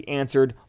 answered